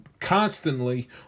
constantly